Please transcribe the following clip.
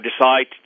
decide